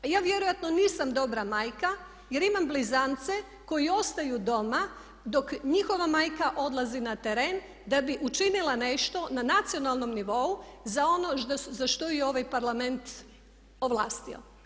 A ja vjerojatno nisam dobra majka jer imam blizance koji ostaju doma dok njihova majka odlazi na teren da bi učinila nešto na nacionalnom nivou za ono za što ju je ovaj Parlament ovlastio.